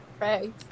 Right